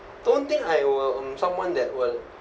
don't think I will mm someone that will